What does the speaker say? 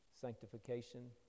Sanctification